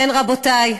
ובכן, רבותי,